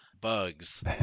bugs